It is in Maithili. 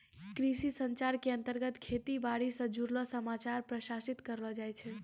कृषि संचार के अंतर्गत खेती बाड़ी स जुड़लो समाचार प्रसारित करलो जाय छै